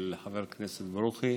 של חבר כנסת ברוכי.